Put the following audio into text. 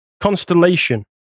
Constellation